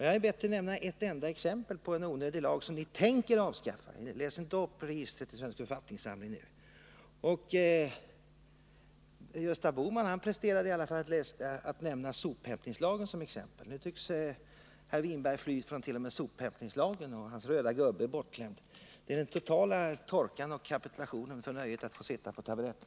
Jag har bett er nämna ett enda exempel på en onödig lag som ni tänker avskaffa. Läs nu inte upp registret till svensk författningssamling! Gösta Bohman nämnde i alla fall sophämtningslagen som exempel. Herr Winberg tycks t.o.m. fly från den, och hans röda gubbe är bortglömd. Det är den totala torkan och kapitulationen för nöjet att få sitta på taburetten.